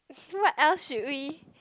so what else should we